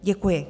Děkuji.